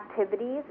activities